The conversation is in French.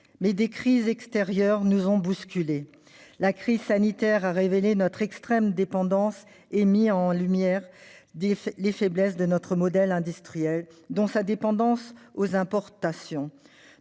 des crises extérieures nous ont bousculés. La crise sanitaire a révélé notre extrême dépendance et a mis en lumière les faiblesses de notre modèle industriel, notamment sa dépendance aux importations.